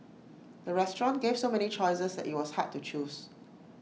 the restaurant gave so many choices IT was hard to choose